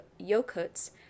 yokuts